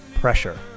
Pressure